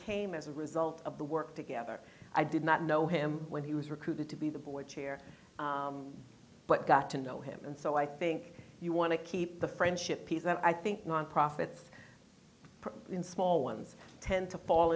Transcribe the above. came as a result of the work together i did not know him when he was recruited to be the boy chair but got to know him and so i think you want to keep the friendship piece and i think non profits in small ones tend to fall